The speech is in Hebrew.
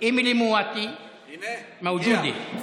אמילי מואטי, תפדלי.